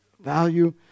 value